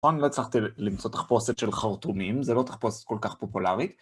אני לא הצלחתי למצוא תחפושת של חרטומים, זה לא תחפושת כל כך פופולרית.